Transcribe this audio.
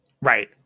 Right